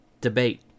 Debate